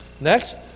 Next